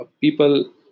people